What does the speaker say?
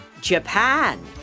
Japan